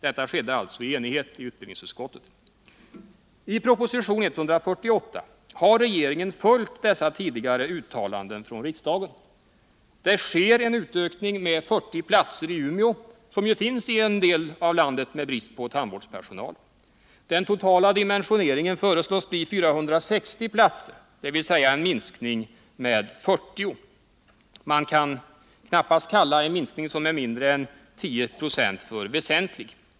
Detta uttalande gjordes som sagt av ett enigt utskott. I proposition 148 har regeringen följt dessa tidigare uttalanden från riksdagen. Det sker en utökning med 40 platser i Umeå, som ju finns i en del av landet med brist på tandvårdspersonal. Den totala dimensioneringen föreslås bli 460 platser, dvs. en minskning med 40. Man kan knappast kalla en minskning som är mindre än 10 96 för väsentlig.